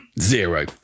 Zero